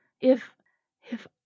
if-if